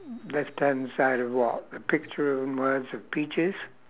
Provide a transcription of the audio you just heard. left hand side of what the picture and words of peaches